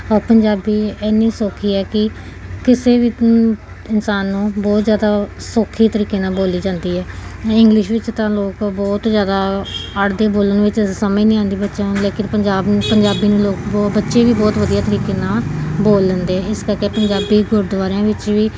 ਪੰਜਾਬੀ ਇੰਨੀ ਸੌਖੀ ਹੈ ਕਿ ਕਿਸੇ ਵੀ ਇਨਸਾਨ ਨੂੰ ਬਹੁਤ ਜ਼ਿਆਦਾ ਸੌਖੇ ਤਰੀਕੇ ਨਾਲ ਬੋਲੀ ਜਾਂਦੀ ਹੈ ਮੈਂ ਇੰਗਲਿਸ਼ ਵਿੱਚ ਤਾਂ ਲੋਕ ਬਹੁਤ ਜ਼ਿਆਦਾ ਅੜਦੇ ਬੋਲਣ ਵਿੱਚ ਸਮਝ ਨਹੀਂ ਆਉਂਦੀ ਬੱਚਿਆਂ ਨੂੰ ਲੇਕਿਨ ਪੰਜਾਬ ਨੂੰ ਪੰਜਾਬੀ ਨੂੰ ਲੋਕ ਬਹੁਤ ਬੱਚੇ ਵੀ ਬਹੁਤ ਵਧੀਆ ਤਰੀਕੇ ਨਾਲ ਬੋਲ ਲੈਂਦੇ ਇਸ ਕਰਕੇ ਪੰਜਾਬੀ ਗੁਰਦੁਆਰਿਆਂ ਵਿੱਚ ਵੀ